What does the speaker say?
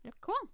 Cool